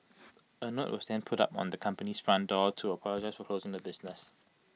A note was then put up on the company's front door to apologise for closing the business